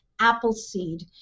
Appleseed